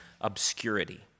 obscurity